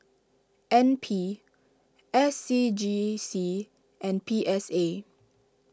N P S C G C and P S A